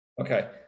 Okay